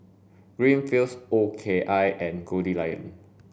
Greenfields O K I and Goldlion